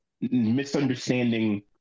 misunderstanding